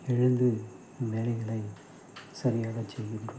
எழுந்து வேலைகளை சரியாக செய்கின்றோம்